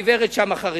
הגברת שם חרדית,